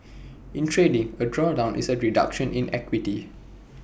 in trading A drawdown is A reduction in equity